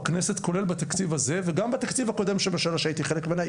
הכנסת כולל בתקציב הזה וגם בתקציב הקודם של השנה שהייתי חלק ממנה,